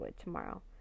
tomorrow